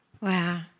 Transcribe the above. Wow